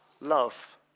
love